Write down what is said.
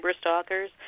stalkers